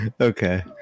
okay